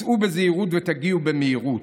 סעו בזהירות ותגיעו במהירות.